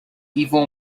evil